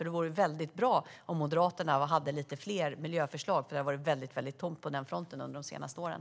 Det vore väldigt bra om Moderaterna hade lite fler miljöförslag, för det har varit väldigt tomt på den fronten under de senaste åren.